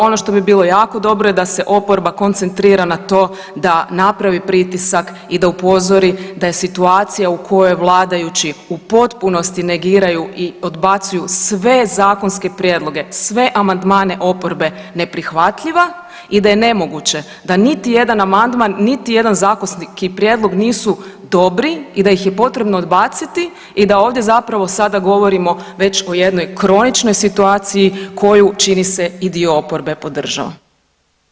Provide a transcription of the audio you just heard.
Ono što bi bilo jako dobro je da se oporba koncentrira na to da napravi pritisak i da upozori da je situacija u kojoj vladajući u potpunosti negiraju i odbacuju sve zakonske prijedloge, sve amandmane oporbe, neprihvatljiva i da je nemoguće da niti jedan amandman, niti jedan zakonski prijedlog nisu dobri i da ih je potrebno odbaciti i da ovdje zapravo sada govorimo već o jednoj kroničnoj situaciji koju čini se, i dio oporbe podržava.